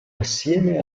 assieme